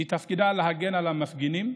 מתפקידה להגן על המפגינים,